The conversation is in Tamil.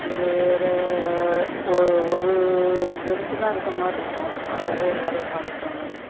ஒரு ரே ஓ ஒரு பெஞ்ச்சு தான் இருக்கற மாதிரி இருக்கும் அதிலே எல்லாரும் உக்காந்துருக்கற மாதிரி